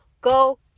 Go